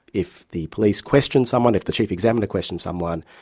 if the police question someone, if the chief examiner questions someone,